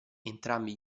entrambi